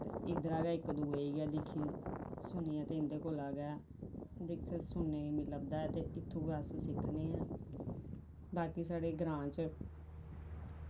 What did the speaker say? ते एह् दोआरै इक्क दूऐ गी गै दिक्खी सुनियै गै ते इं'दे कोला गै दिक्खने सुनने गी लब्भे ते इत्थुं गै अस सुनने आं बाकी साढ़े ग्रांऽ च